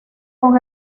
con